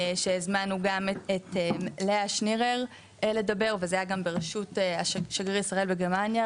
שהזמנו גם את לאה שנירר לדבר וזה היה גם ברשות שגריר ישראל בגרמניה,